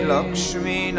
Lakshmi